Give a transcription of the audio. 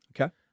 Okay